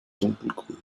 dunkelgrün